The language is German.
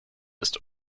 ist